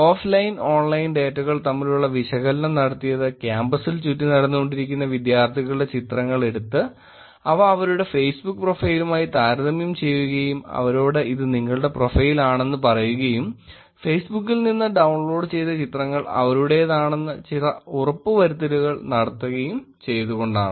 offline online ഡേറ്റകൾ തമ്മിലുള്ള വിശകലനം നടത്തിയത് ക്യാമ്പസ്സിൽ ചുറ്റി നടന്നുകൊണ്ടിരിക്കുന്ന വിദ്യാർത്ഥികളുടെ ചിത്രണങ്ങൾ എടുത്ത് അവ അവരുടെ ഫേസ്ബുക് പ്രൊഫൈലുമായി താരതമ്യം ചെയ്യുകയും അവരോട് ഇത് നിങ്ങളുടെ പ്രൊഫൈൽ ആണെന്ന് പറയുകയും ഫേസ്ബുക്കിൽ നിന്ന് ഡൌൺലോഡ് ചെയ്ത ചിത്രങ്ങൾ അവരുടേതാണെന്ന് ചില ഉറപ്പുവരുത്തലുകൾ നടത്തുകയും ചെയ്തുകൊണ്ടാണ്